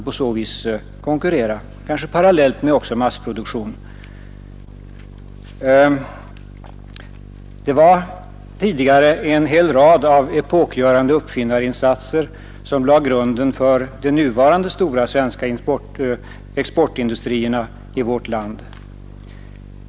På så vis kan man konkurrera, kanske parallellt också med massproduktion. En hel rad epokgörande uppfinnarinsatser lade grunden till de nuvarande svenska exportindustrierna.